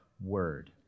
word